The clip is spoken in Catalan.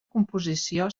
composició